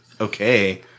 okay